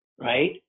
right